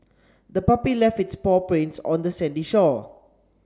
the puppy left its paw prints on the sandy shore